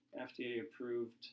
FDA-approved